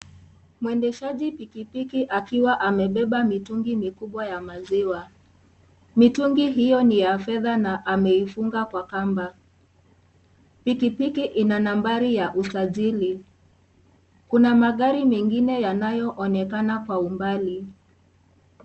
Mwendeshaji pikipiki akiwa amebeba mitungi mikubwa ya maziwa . Mitungi hiyo niya fedha na ameifunga na kamba . Pikipiki ina nambari ya usajili ,kuna magari mengine yanayoonekana kwa umbali .